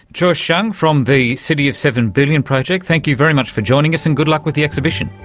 joyce hsiang from the city of seven billion project, thank you very much for joining us, and good luck with the exhibition.